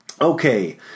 okay